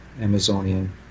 Amazonian